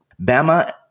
Bama